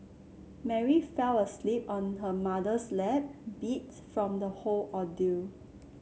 Mary fell asleep on her mother's lap beat from the whole ordeal